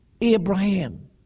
Abraham